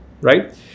right